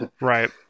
Right